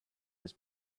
his